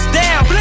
down